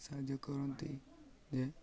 ସାହାଯ୍ୟ କରନ୍ତି ଯେ